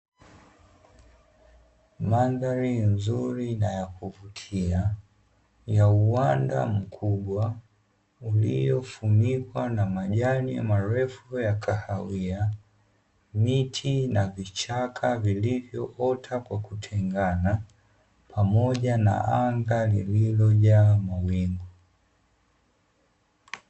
Mandhari nzuri na ya kuvutia ya uwanda mkubwa uliofunikwa na majani marefu ya kahawia, miti na vichaka vilivyoota kwa kutengana pamoja na anga lililojaa mawingu.